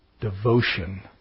devotion